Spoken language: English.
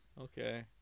Okay